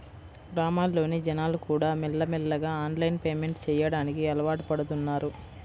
గ్రామాల్లోని జనాలుకూడా మెల్లమెల్లగా ఆన్లైన్ పేమెంట్ చెయ్యడానికి అలవాటుపడుతన్నారు